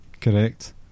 Correct